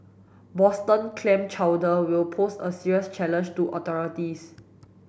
Boston clam chowder will pose a serious challenge to authorities